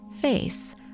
face